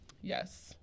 Yes